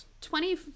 Twenty